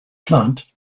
plant